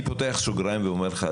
אני פותח סוגריים ואומר לך,